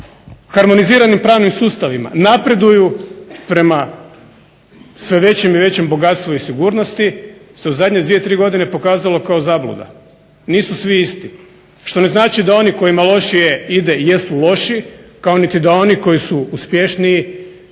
harmoniziranim pravnim sustavima napreduju prema sve većem bogatstvu i sigurnosti se u zadnje tri godine pokazalo kao zabluda, nisu svi isti. Što ne znači da oni kojima lošije ide jesu lošiji kao niti da oni koji su uspješniji